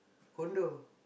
condo